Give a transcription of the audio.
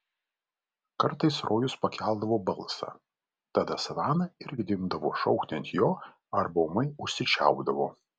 kartais rojus pakeldavo balsą tada savana irgi imdavo šaukti ant jo arba ūmai užsičiaupdavo